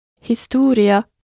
Historia